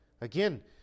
Again